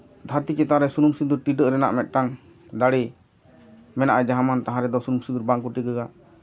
ᱫᱷᱟᱹᱨᱛᱤ ᱪᱮᱛᱟᱱ ᱨᱮ ᱥᱩᱱᱩᱢ ᱥᱤᱸᱫᱩᱨ ᱴᱤᱰᱟᱹᱜ ᱨᱮᱱᱟᱜ ᱢᱤᱫᱴᱟᱝ ᱫᱟᱲᱮ ᱢᱮᱱᱟᱜᱼᱟ ᱡᱟᱦᱟᱸ ᱢᱟᱱ ᱛᱟᱦᱟᱸ ᱨᱮᱫᱚ ᱥᱩᱱᱩᱢ ᱥᱤᱸᱫᱩᱨ ᱵᱟᱝ ᱠᱚ ᱴᱤᱰᱟᱹᱜᱟ